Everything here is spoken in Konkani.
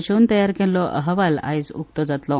एच ओन तयार केल्लो अहवाल आयज उक्तो जातलो